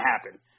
happen